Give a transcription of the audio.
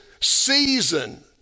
season